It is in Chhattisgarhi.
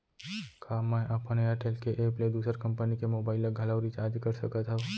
का मैं अपन एयरटेल के एप ले दूसर कंपनी के मोबाइल ला घलव रिचार्ज कर सकत हव?